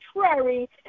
contrary